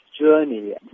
journey